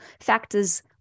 factors